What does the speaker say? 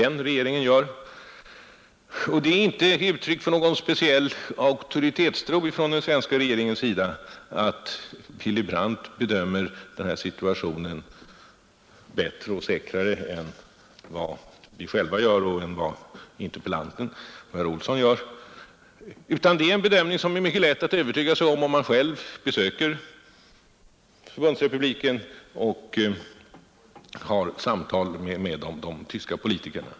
Det är inte uttryck för någon auktoritetstro från den svenska regeringens sida att säga att Willy Brandt bedömer den här situationen bättre och säkrare än vad vi själva gör och vad interpellanten och herr Olsson rimligen kan göra anspråk på att göra. Vår uppfattning bygger också på vad man lätt kan övertyga sig om ifall man själv besöker Förbundsrepubliken och samtalar med de tyska politikerna.